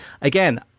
Again